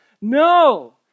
No